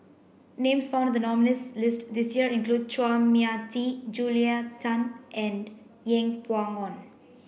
names found the nominees' list this year include Chua Mia Tee Julia Tan and Yeng Pway Ngon